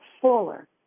fuller